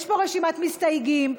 יש פה רשימת מסתייגים.